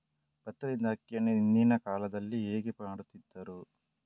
ಭತ್ತದಿಂದ ಅಕ್ಕಿಯನ್ನು ಹಿಂದಿನ ಕಾಲದಲ್ಲಿ ಹೇಗೆ ಮಾಡುತಿದ್ದರು?